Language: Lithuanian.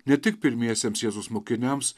ne tik pirmiesiems jėzaus mokiniams